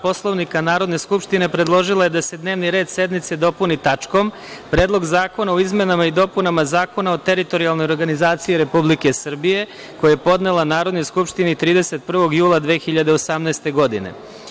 Poslovnika Narodne skupštine predložila je da se dnevni red sednice dopuni tačkom – Predlog zakona o izmenama i dopunama Zakona o teritorijalnoj organizaciji Republike Srbije, koji je podnela Narodnoj skupštini 31. jula 2018. godine.